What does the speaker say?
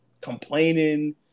complaining